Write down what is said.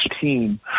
team